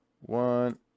one